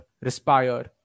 respire